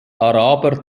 araber